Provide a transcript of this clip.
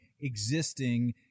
existing